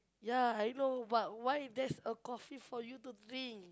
ya I know but why there's a coffee for you to drink